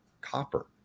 copper